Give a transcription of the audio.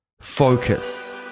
Focus